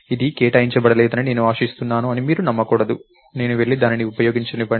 ఇది కేటాయించబడలేదని నేను ఆశిస్తున్నాను అని మీరు నమ్మకూడదు నన్ను వెళ్లి దానిని ఉపయోగించనివ్వండి